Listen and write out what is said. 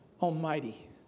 Almighty